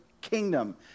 kingdom